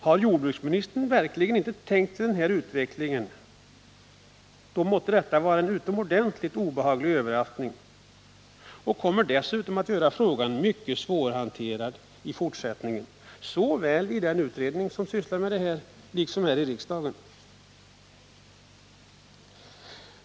Har jordbruksministern verkligen inte tänkt sig den utvecklingen, måste det bli en utomordentligt obehaglig överraskning och kommer att göra frågan mycket svårhanterad i fortsättningen såväl i utredningen som här i riksdagen.